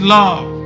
love